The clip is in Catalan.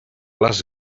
les